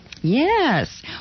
Yes